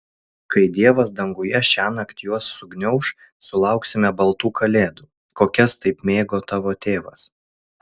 kai dievas danguje šiąnakt juos sugniauš sulauksime baltų kalėdų kokias taip mėgo tavo tėvas